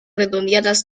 redondeadas